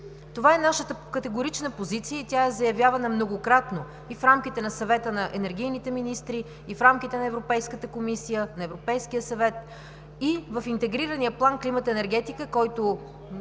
Това е нашата категорична позиция и тя е заявявана многократно – и в рамките на Съвета на енергийните министри, и в рамките на Европейската комисия, на Европейския съвет и в Интегрирания план „Климат – енергетика“, който